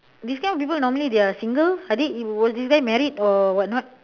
these kind of people normally they are single I think was this guy married or what not